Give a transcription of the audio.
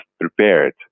prepared